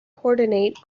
coordinate